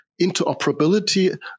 interoperability